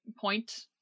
point